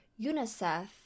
unicef